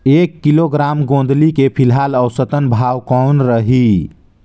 एक किलोग्राम गोंदली के फिलहाल औसतन भाव कौन रही?